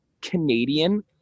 Canadian